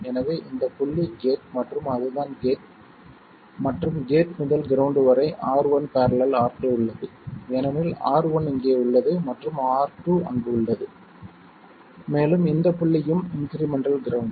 எனவே இந்த புள்ளி கேட் மற்றும் அதுதான் கேட் மற்றும் கேட் முதல் கிரவுண்ட் வரை R1 ║ R2 உள்ளது ஏனெனில் R1 இங்கே உள்ளது மற்றும் R2 அங்கு உள்ளது மேலும் இந்த புள்ளியும் இன்க்ரிமெண்ட்டல் கிரவுண்ட்